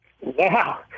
wow